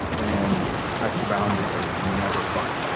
and high school boundaries are never fun.